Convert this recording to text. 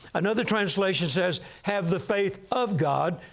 another translation says, have the faith of god.